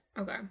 Okay